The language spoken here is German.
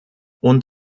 und